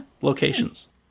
Locations